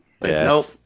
Nope